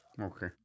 Okay